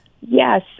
Yes